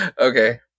Okay